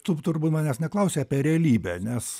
tu turbūt manęs neklausi apie realybę nes